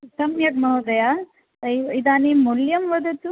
सम्यक् महोदय इदानीं मूल्यं वदतु